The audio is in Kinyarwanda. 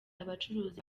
abacuruzi